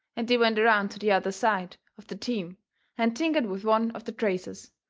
and they went around to the other side of the team and tinkered with one of the traces,